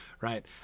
Right